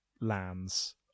lands